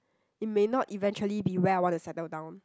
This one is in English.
it may not eventually be where I want to settle down